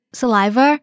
saliva